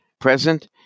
present